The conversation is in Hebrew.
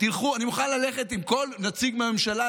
אני מוכן ללכת עם כל נציג מהממשלה,